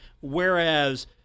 whereas